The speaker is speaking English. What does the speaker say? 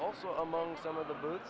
also among some of the boo